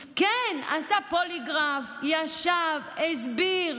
מסכן, עשה פוליגרף, ישב, הסביר.